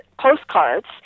postcards